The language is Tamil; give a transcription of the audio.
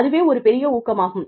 அதுவே ஒரு பெரிய ஊக்கமாகும்